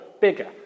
bigger